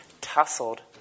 tussled